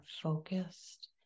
focused